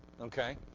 Okay